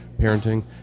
parenting